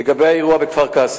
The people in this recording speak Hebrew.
1 3. לגבי האירוע בכפר-קאסם,